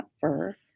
fur